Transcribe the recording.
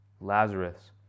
Lazarus